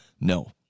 no